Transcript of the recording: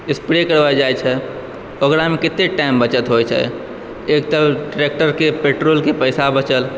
spray करबैल जाइ छै ओकरामे कते टाइम बचत होइ छै एकतऽ ट्रैक्टरके पेट्रोलके पैसा बचल